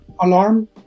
alarm